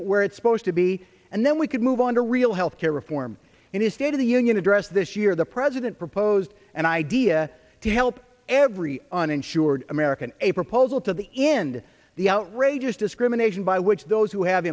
it where it's supposed to be and then we could move on to real health care reform in his state of the union address this year the president proposed an idea to help every uninsured american a proposal to the end the outrageous discrimination by which those who have